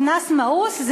קנס מאוס?